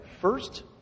first